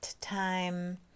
time